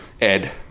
Ed